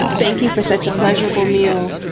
thank you for such a pleasurable meal.